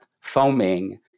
foaming